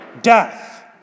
death